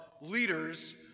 leaders